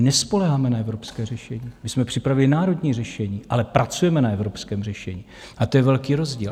My nespoléháme na evropské řešení, my jsme připravili národní řešení, ale pracujeme na evropském řešení, a to je velký rozdíl.